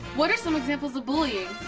what are some examples of bullying?